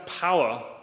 power